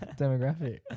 demographic